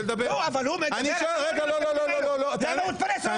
לא הייתי מבקש למשוך זמן -- לא המליאה עכשיו.